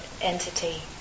entity